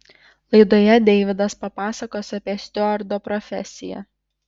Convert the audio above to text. laidoje deividas papasakos apie stiuardo profesiją